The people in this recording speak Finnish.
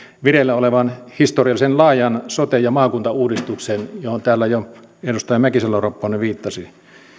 vireillä olevaan historiallisen laajaan sote ja maakuntauudistukseen johon täällä jo edustaja mäkisalo ropponen viittasi